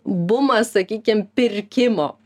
bumas sakykim pirkimo